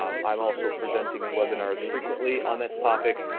um i'm also presenting webinars frequently on this topic.